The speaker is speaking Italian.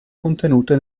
contenute